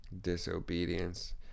Disobedience